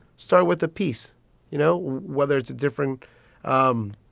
start with a piece you know, whether it's a different um